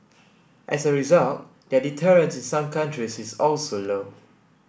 as a result their deterrence in some countries is also low